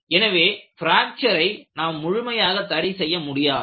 எனவே பிராக்ச்சரை நாம் முழுமையாக தடை செய்ய முடியாது